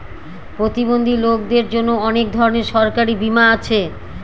প্রতিবন্ধী লোকদের জন্য অনেক ধরনের সরকারি বীমা আছে